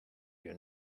you